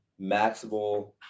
maximal